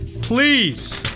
please